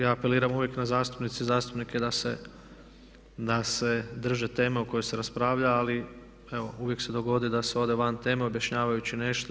Ja apeliram uvijek na zastupnice i zastupnike da se drže teme o kojoj se raspravlja, ali evo uvijek se dogodi da se ode van teme objašnjavajući nešto.